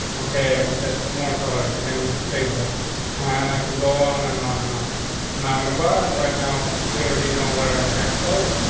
okay? i contested more colors again. with the space bar on, and i can go on and on and on now in the bottom. right now we already know what are the hex colors.